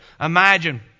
imagine